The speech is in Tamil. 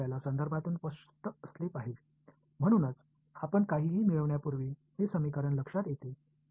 எனவே நாம் எதற்குள்ளும் செல்வதற்கு முன் இந்த இரண்டு சமன்பாடுகளுக்கும் இடையிலான ஒற்றுமைகள் என்ன என்பதை இந்த சமன்பாடு நினைவூட்டுகிறது